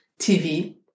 TV